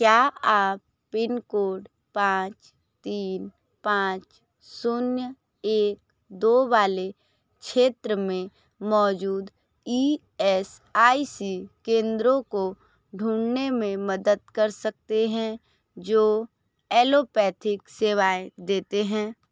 क्या आप pin code पाँच तीन पाँच शून्य एक दो वाले क्षेत्र में मौजूद ई एस आई सी केंद्रों को ढूँढने में मदद कर सकते हैं जो एलोपैथिक सेवाएँ देते हैं